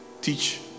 Teach